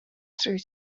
through